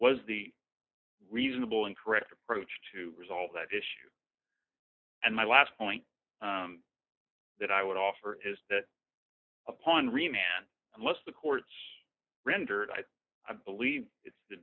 was the reasonable and correct approach to resolve that issue and my last point that i would offer is that upon remain and unless the courts rendered i believe it's the